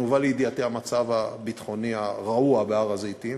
הובא לידיעתי המצב הביטחוני הרעוע בהר-הזיתים,